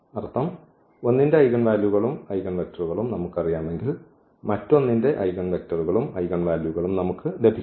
അർത്ഥം ഒന്നിന്റെ ഐഗൻ വാല്യൂകളും ഐഗൻവെക്റ്ററുകളും നമുക്കറിയാമെങ്കിൽ മറ്റൊന്നിന്റെ ഐഗൻവെക്റ്ററുകളും ഐഗൻ വാല്യൂകളും നമുക്ക് ലഭിക്കും